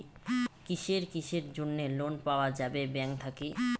কিসের কিসের জন্যে লোন পাওয়া যাবে ব্যাংক থাকি?